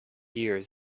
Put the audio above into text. years